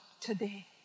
today